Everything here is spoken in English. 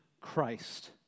Christ